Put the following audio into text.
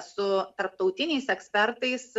su tarptautiniais ekspertais